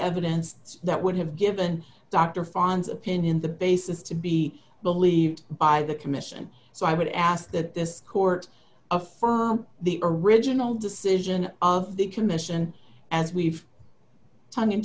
evidence that would have given dr fons opinion the basis to be believed by the commission so i would ask that this court affirm the original decision of the commission as we've done and